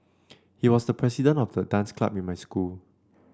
he was the president of the dance club in my school